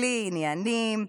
בלי עניינים.